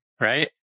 right